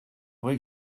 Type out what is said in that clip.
vrai